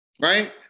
right